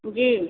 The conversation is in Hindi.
जी